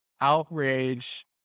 outrage